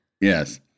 Yes